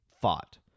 fought